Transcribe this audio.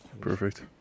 perfect